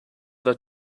the